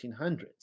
1800s